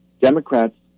Democrats